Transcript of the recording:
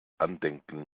andenken